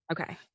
Okay